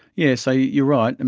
yes, ah you're right, and